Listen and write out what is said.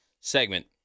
segment